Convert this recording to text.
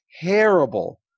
terrible